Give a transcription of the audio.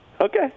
Okay